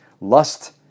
Lust